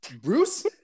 Bruce